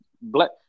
Black